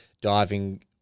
diving